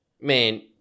man